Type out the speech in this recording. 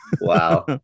Wow